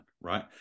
right